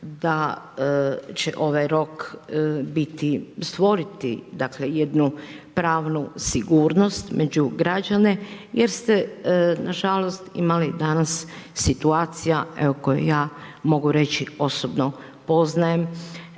da će ovaj rok, biti stvoriti jednu pravnu sigurnost među građane, jer ste nažalost imali danas situacija, evo, koje ja mogu reći osobno, poznajem.